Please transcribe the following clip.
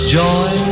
joy